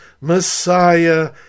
Messiah